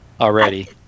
Already